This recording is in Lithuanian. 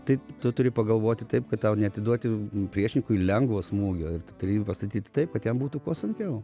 tai tu turi pagalvoti taip kad tau neatiduoti priešininkui lengvo smūgio ir tu turi jį pastatyti taip kad jam būtų kuo sunkiau